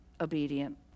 obedient